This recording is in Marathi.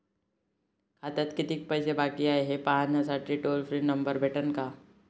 खात्यात कितीकं पैसे बाकी हाय, हे पाहासाठी टोल फ्री नंबर भेटन का?